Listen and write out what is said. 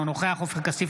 אינו נוכח עופר כסיף,